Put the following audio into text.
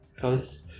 cause